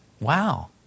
wow